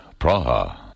Praha